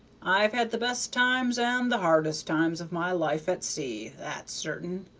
i've had the best times and the hardest times of my life at sea, that's certain!